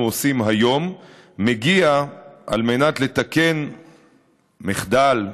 עושים היום מגיע על מנת לתקן מחדל,